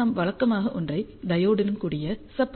நாம் வழக்கமாக ஒற்றை டையோடுடன் கூடிய சப்